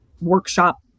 workshop